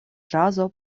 ĵazo